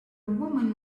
woman